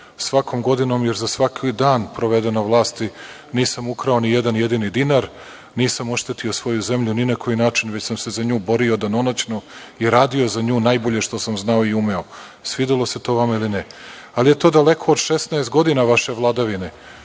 svakom godinom jer za svaki dan proveden na vlasti nisam ukrao nijedan jedini dinar, nisam oštetio svoju zemlju ni na koji način, već sam se za nju borio danonoćno i radio za nju najbolje što sam znao i umeo, svidelo se to vama ili ne. Ali, to je daleko od 16 godina vaše vladavine,